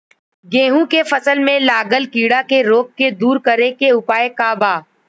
गेहूँ के फसल में लागल कीड़ा के रोग के दूर करे के उपाय का बा?